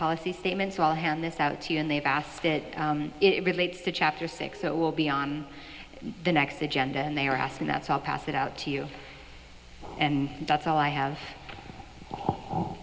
policy statements will hand this out to you and they've asked that it relates to chapter six so it will be on the next agenda and they are asking that's all pass it out to you and that's all i have